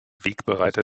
wegbereiter